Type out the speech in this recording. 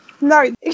No